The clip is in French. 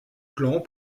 clans